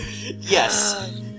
Yes